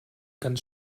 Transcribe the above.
ganz